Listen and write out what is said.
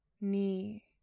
knee